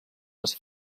les